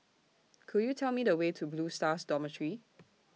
Could YOU Tell Me The Way to Blue Stars Dormitory